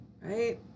right